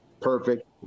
perfect